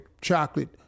chocolate